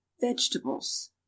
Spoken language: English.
Vegetables